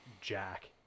jack